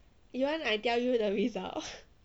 you want I tell you the result